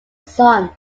son